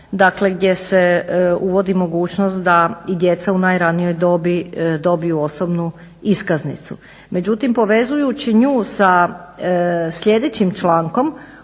godina gdje se uvodi mogućnost da i djeca u najranijoj dobi dobiju osobnu iskaznicu. Međutim povezujući nju sa sljedećim člankom